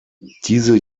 diese